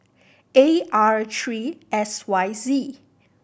A R Three S Y Z